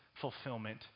fulfillment